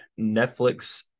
Netflix